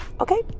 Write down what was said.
okay